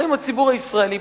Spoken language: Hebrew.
האם הציבור הישראלי,